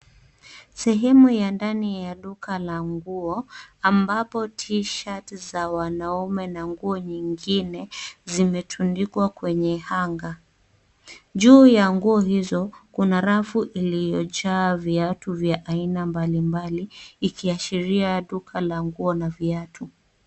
Sehemu ya ndani ya duka la nguo, ambapo t-shirt za wanaume na nguo nyingine, zimetundikwa kwenye hanger . Juu ya nguo hizo, kuna rafu iliyojaa viatu vya aina mbalimbali, ikiashiria duka la nguo na viatu.